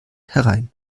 herein